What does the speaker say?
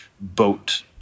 boat